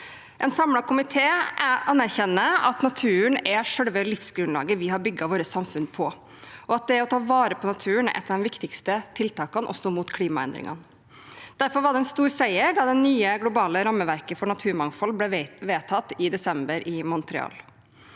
En samlet komité anerkjenner at naturen er selve livsgrunnlaget vi har bygget vårt samfunn på, og at det å ta vare på naturen også er et av de viktigste tiltakene mot klimaendringene. Derfor var det en stor seier da det nye globale rammeverket for naturmangfold ble vedtatt i desember i Montreal.